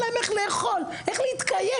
להם איך לאכול ואין להם ממה להתקיים.